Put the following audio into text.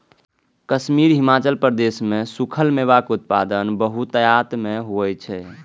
कश्मीर, हिमाचल प्रदेश मे सूखल मेवा के उत्पादन बहुतायत मे होइ छै